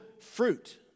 fruit